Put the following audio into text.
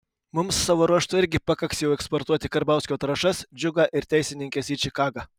mums savo ruožtu irgi pakaks jau eksportuoti karbauskio trąšas džiugą ir teisininkes į čikagą